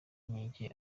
inkeke